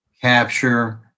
capture